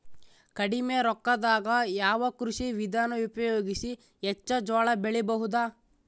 ಕಡಿಮಿ ರೊಕ್ಕದಾಗ ಯಾವ ಕೃಷಿ ವಿಧಾನ ಉಪಯೋಗಿಸಿ ಹೆಚ್ಚ ಜೋಳ ಬೆಳಿ ಬಹುದ?